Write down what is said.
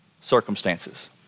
circumstances